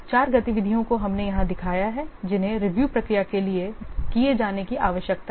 4 गतिविधियों को हमने यहाँ दिखाया है जिन्हें रिव्यू प्रक्रिया को लिए किए जाने की आवश्यकता है